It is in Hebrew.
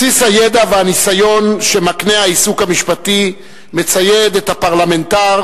בסיס הידע והניסיון שמקנה העיסוק המשפטי מצייד את הפרלמנטר